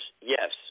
Yes